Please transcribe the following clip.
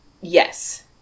Yes